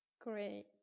Great